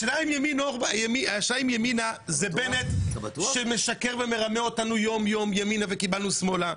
השאלה אם ימינה זה בנט שמשקר ומרמה אותנו יום-יום ימינה וקיבלנו שמאלה,